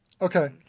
Okay